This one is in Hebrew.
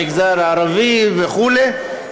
המגזר הערבי וכו',